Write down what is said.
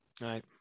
right